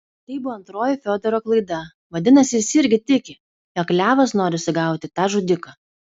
tai buvo antroji fiodoro klaida vadinasi jis irgi tiki jog levas nori sugauti tą žudiką